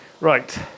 Right